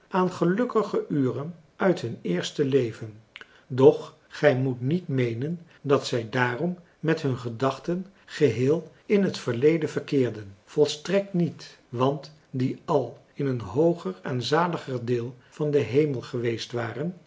aan gelukkige uren uit hun eerste leven doch gij moet niet meenen dat zij daarom met hun gedachten geheel in het verleden verkeerden volstrekt niet want die al in een hooger en zaliger deel van den hemel geweest waren